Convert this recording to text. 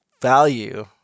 Value